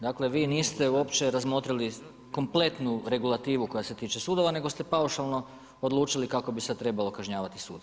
Dakle, vi niste uopće razmotrili kompletnu regulativu koja se tiče sudova nego ste paušalno odlučili kako bi sad trebalo kažnjavati suce.